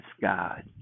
God